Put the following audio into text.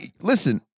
listen